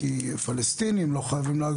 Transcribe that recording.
כי פלסטינים לא חייבים,